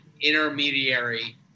intermediary